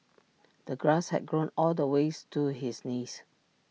the grass had grown all the ways to his knees